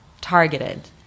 targeted